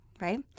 Right